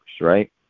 right